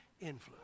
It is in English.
influence